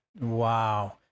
Wow